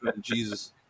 Jesus